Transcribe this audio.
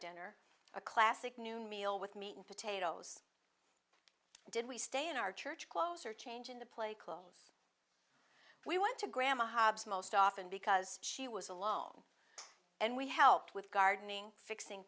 dinner a classic new meal with meat and potatoes did we stay in our church clothes or change in the play clothes we went to grandma hobbs most often because she was alone and we helped with gardening fixing